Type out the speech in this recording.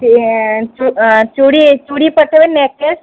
ସିଏ ଚୁଡ଼ି ଚୁଡ଼ି ପଟେ ନେକଲେସ୍